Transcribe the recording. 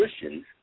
Christians